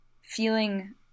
feeling